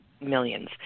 millions